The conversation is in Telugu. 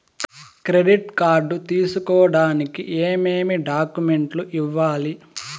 క్రెడిట్ కార్డు తీసుకోడానికి ఏమేమి డాక్యుమెంట్లు ఇవ్వాలి